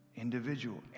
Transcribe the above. individual